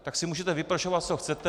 Tak si můžete vyprošovat, co chcete.